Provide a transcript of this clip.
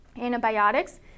antibiotics